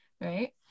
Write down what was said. right